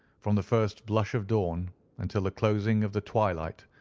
from the first blush of dawn until the closing of the twilight,